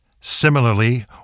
Similarly